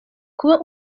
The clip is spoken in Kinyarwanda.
kuba